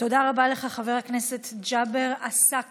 תודה רבה לך, חבר הכנסת ג'אבר עסאקלה.